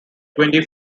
twenty